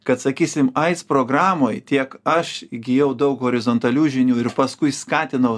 kad sakysim aids programoj tiek aš įgijau daug horizontalių žinių ir paskui skatinau